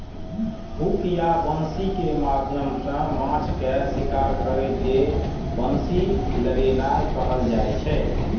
hook या बंसी के माध्यम सं माछ के शिकार करै के बंसी लगेनाय कहल जाइ छै